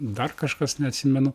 dar kažkas neatsimenu